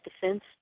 Defense